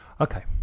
Okay